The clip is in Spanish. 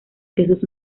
quesos